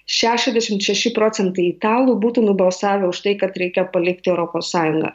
šešiasdešimt šeši procentai italų būtų nubalsavę už tai kad reikia palikti europos sąjungą